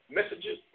messages